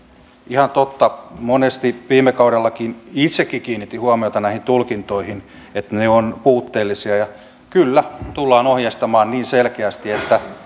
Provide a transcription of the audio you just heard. ihan totta monesti viime kaudellakin itsekin kiinnitin huomiota näihin tulkintoihin että ne ovat puutteellisia ja kyllä tullaan ohjeistamaan niin selkeästi